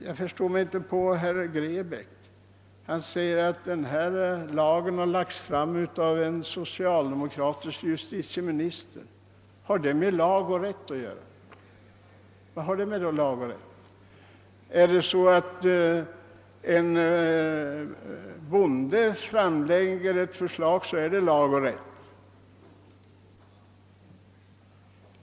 Jag förstår mig inte på herr Grebäck. Han säger att detta lagförslag har lagts fram av en socialdemokratisk justitieminister. Vad har det med lag och rätt att göra? Är det lag och rätt när en bonde framlägger ett förslag?